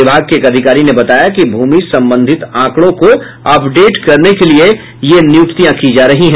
विभाग के एक अधिकारी ने बताया कि भूमि संबंधित आंकड़ों को अपडेट करने के लिये ये नियुक्तियां की जा रही है